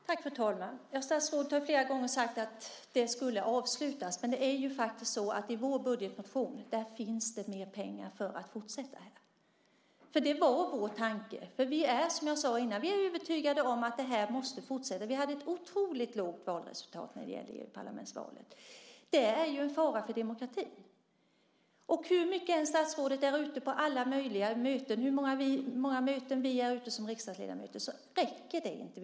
Fru talman! Statsrådet har flera gånger sagt att detta skulle avslutas, men i vår budgetmotion finns det faktiskt mer pengar för att fortsätta med det. Det var nämligen vår tanke. Som jag sade tidigare är vi övertygade om att detta måste fortsätta. Vi hade ett otroligt lågt valdeltagande i EU-parlamentsvalet, och det är en fara för demokratin. Hur mycket än statsrådet och vi som riksdagsledamöter är ute på alla möjliga möten räcker det inte.